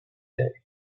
day